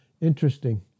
Interesting